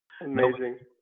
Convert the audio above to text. amazing